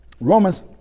Romans